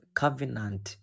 covenant